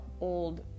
old